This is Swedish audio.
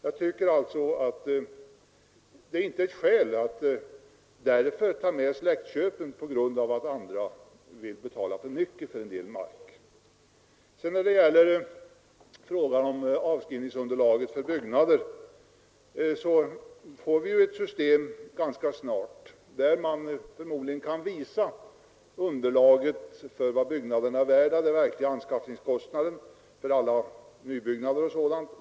Jag tycker alltså inte att man skall ta med släktköpen på grund av att andra vill betala för mycket för en del mark. När det gäller frågan om avskrivningsunderlaget för byggnader får vi ganska snart ett system där man förmodligen kan visa underlaget för byggnadernas värde, de verkliga anskaffningskostnaderna, kostnaderna för nybyggnader och sådant.